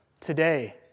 Today